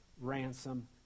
ransom